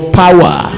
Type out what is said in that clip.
power